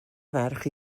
ferch